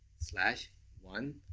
slash, one,